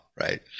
right